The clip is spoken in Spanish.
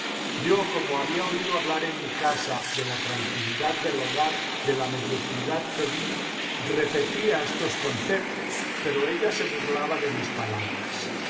yo como había oído hablar en mi casa de la tranquilidad del hogar de la mediocridad feliz repetía estos conceptos pero ella se burlaba de mis palabras